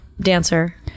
dancer